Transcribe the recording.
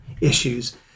issues